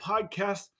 podcast